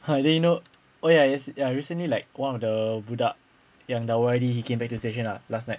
ha I didn't know oh ya yes ya recently like one of the budak yang dah O_R_D he came back to station what last night